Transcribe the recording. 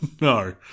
No